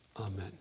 Amen